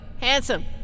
handsome